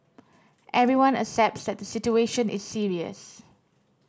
everyone accepts that the situation is serious